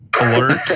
alert